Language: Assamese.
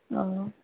অঁ